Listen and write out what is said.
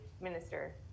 Minister